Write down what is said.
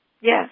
Yes